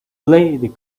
blade